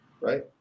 right